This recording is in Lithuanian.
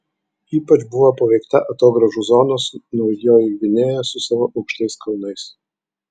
ypač buvo paveikta atogrąžų zonos naujoji gvinėja su savo aukštais kalnais